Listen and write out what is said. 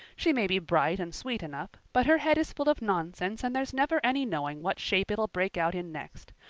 she may be bright and sweet enough, but her head is full of nonsense and there's never any knowing what shape it'll break out in next.